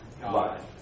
God